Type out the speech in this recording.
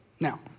Now